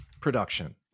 production